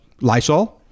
Lysol